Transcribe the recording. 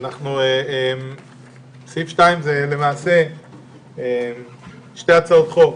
השני שעל סדר היום הוא שתי הצעות חוק